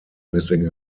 missing